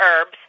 herbs